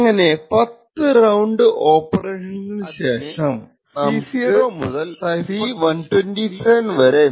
അങ്ങനെ 10 റൌണ്ട് ഓപ്പറേഷൻസിനു ശേഷം നമുക്ക് സൈഫർ ടെക്സ്റ്റ് C ലഭിക്കും